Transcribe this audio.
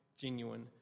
genuine